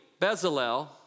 Bezalel